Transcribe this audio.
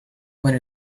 when